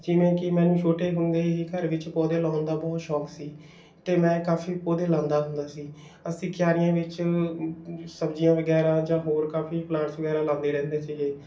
ਜਿਵੇਂ ਕਿ ਮੈਨੂੰ ਛੋਟੇ ਹੁੰਦੇ ਹੀ ਘਰ ਵਿੱਚ ਪੌਦੇ ਲਾਉਣ ਦਾ ਬਹੁਤ ਸ਼ੌਂਕ ਸੀ ਅਤੇ ਮੈਂ ਕਾਫੀ ਪੌਦੇ ਲਾਉਂਦਾ ਹੁੰਦਾ ਸੀ ਅਸੀਂ ਕਿਆਰੀਆਂ ਵਿੱਚ ਸਬਜ਼ੀਆਂ ਵਗੈਰਾ ਜਾਂ ਹੋਰ ਕਾਫੀ ਪਲਾਂਟਸ ਵਗੈਰਾ ਲਾਉਂਦੇ ਰਹਿੰਦੇ ਸੀਗੇ